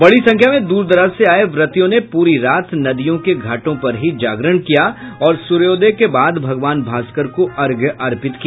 बड़ी संख्या में दूर दराज से आये व्रतियों ने पूरी रात नदियों के घाटों पर ही जागरण किया और सूर्योदय के बाद भगवान भास्कर को अर्घ्य अर्पित किया